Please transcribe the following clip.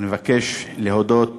אני מבקש להודות